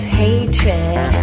hatred